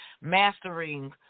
mastering